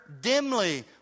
dimly